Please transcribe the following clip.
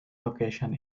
location